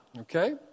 Okay